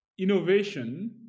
innovation